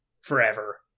forever